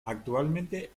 actualmente